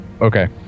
okay